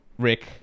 Rick